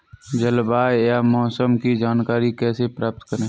जलवायु या मौसम की जानकारी कैसे प्राप्त करें?